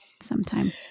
sometime